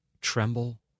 tremble